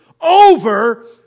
over